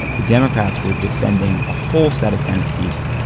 the democrats were defending a whole set of senate seats.